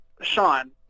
Sean